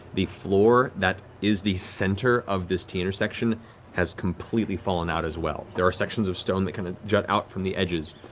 the floor that is the center of this t-intersection has completely fallen out, as well. there are sections of stone that kind of jut out from the edges,